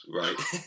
right